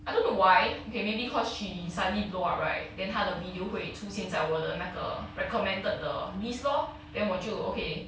I don't know why okay maybe cause she suddenly blow up right then 她的 video 会出现在我的那个 recommended the list lor then 我就 okay